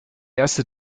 erste